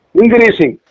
increasing